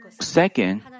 Second